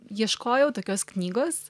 ieškojau tokios knygos